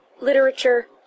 literature